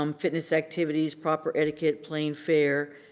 um fitness activities, proper etiquette, playing fair,